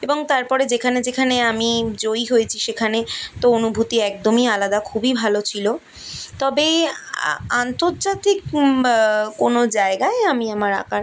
এবং তারপরে যেখানে যেখানে আমি জয়ী হয়েছি সেখানে তো অনুভূতি একদমই আলাদা খুবই ভালো ছিলো তবে আ আন্তর্জাতিক কোনো জায়গায় আমি আমার আঁকার